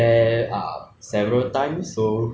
I think the chicken rice there is pretty good because like